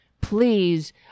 Please